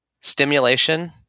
stimulation